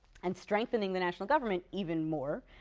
and strengthening the national government even more,